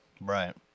Right